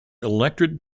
electric